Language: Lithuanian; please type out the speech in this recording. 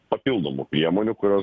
papildomų priemonių kurios